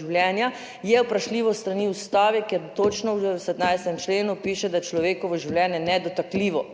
življenja je vprašljivo s strani Ustave, kjer točno v 17. členu piše, da je človekovo življenje nedotakljivo.